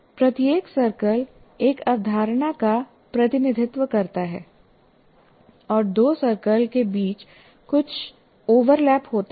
प्रत्येक सर्कल एक अवधारणा का प्रतिनिधित्व करता है और दो सर्कल के बीच कुछ ओवरलैप होता है